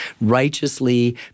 righteously